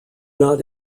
not